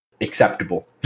acceptable